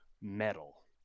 metal